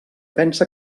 pensa